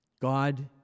God